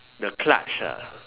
the clutch ah